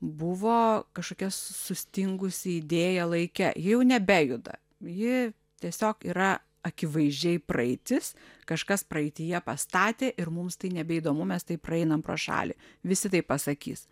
buvo kažkokia sustingusi idėja laike jau nebejuda ji tiesiog yra akivaizdžiai praeitis kažkas praeityje pastatė ir mums tai nebeįdomu mes tai praeinam pro šalį visi tai pasakys